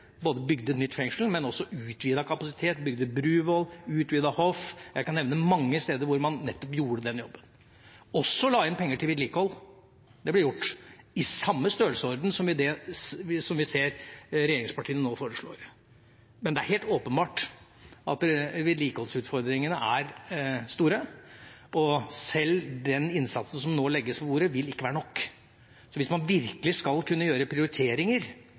bygde nye fengselsplasser, både bygde nytt fengsel og utvidet kapasitet, bygde Bruvoll, utvidet Hof, jeg kan nevne mange steder hvor man nettopp gjorde den jobben. Og så la vi inn penger til vedlikehold, det ble gjort i samme størrelsesorden som det vi ser regjeringspartiene nå foreslår. Men det er helt åpenbart at vedlikeholdsutfordringene er store, og sjøl den innsatsen som nå legges på bordet, vil ikke være nok. Så hvis man virkelig skal kunne gjøre prioriteringer